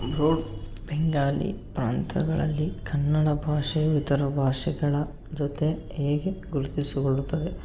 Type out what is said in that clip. ಬೆಂಗಾಲಿ ಪ್ರಾಂತ್ಯಗಳಲ್ಲಿ ಕನ್ನಡ ಭಾಷೆಯು ಇತರ ಭಾಷೆಗಳ ಜೊತೆ ಹೇಗೆ ಗುರುತಿಸಿಕೊಳ್ಳುತ್ತದೆ